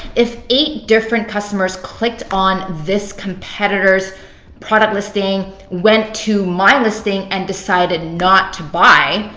if eight different customers clicked on this competitors' product listing, went to my listing, and decided not to buy,